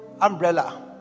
umbrella